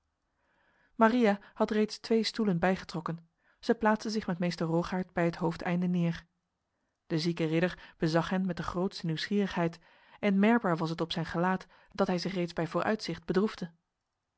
maria had reeds twee stoelen bijgetrokken zij plaatste zich met meester rogaert bij het hoofdeinde neer de zieke ridder bezag hen met de grootste nieuwsgierigheid en merkbaar was het op zijn gelaat dat hij zich reeds bij vooruitzicht bedroefde